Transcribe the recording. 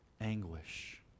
anguish